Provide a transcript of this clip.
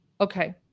Okay